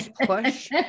push